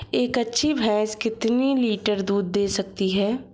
एक अच्छी भैंस कितनी लीटर दूध दे सकती है?